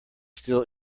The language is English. still